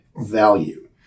value